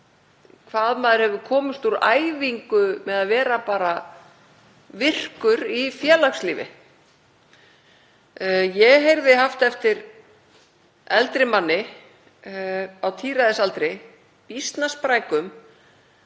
hvað maður hefur komist úr æfingu með að vera bara virkur í félagslífi. Ég heyrði haft eftir eldri manni á tíræðisaldri, býsna sprækum,